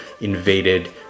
invaded